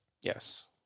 Yes